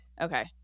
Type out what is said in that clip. Okay